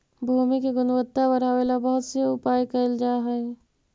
भूमि के गुणवत्ता बढ़ावे ला बहुत से उपाय कैल जा हई